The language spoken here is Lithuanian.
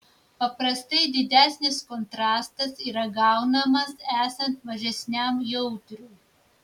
paprastai didesnis kontrastas yra gaunamas esant mažesniam jautriui